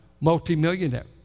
multimillionaire